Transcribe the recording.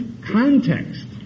context